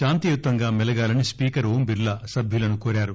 శాంతియుతంగా మెలగాలని స్పీకర్ ఓం బిర్లా సభ్యులను కోరారు